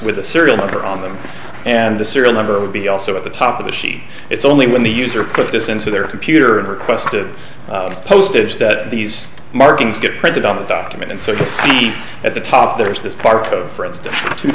with the serial number on them and the serial number would be also at the top of the sheet it's only when the user put this into their computer and requested postage that these markings get printed on the document and so the seat at the top there is this part of for instance t